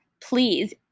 Please